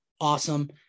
Awesome